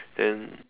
then